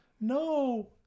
No